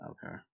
Okay